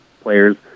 players